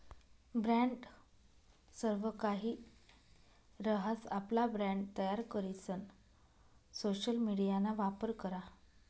brand सर्वकाहि रहास, आपला ब्रँड तयार करीसन सोशल मिडियाना वापर करा